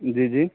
جی جی